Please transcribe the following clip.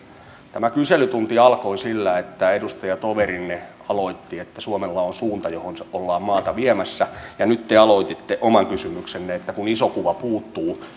tämä kyselytunti alkoi sillä että edustajatoverinne aloitti että suomella on suunta johon ollaan maata viemässä nyt te aloititte oman kysymyksenne kun iso kuva puuttuu